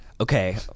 Okay